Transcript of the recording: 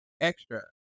extra